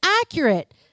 accurate